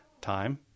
Time